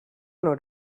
not